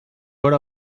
hora